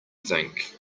think